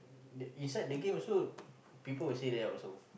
the inside the game also people will say that also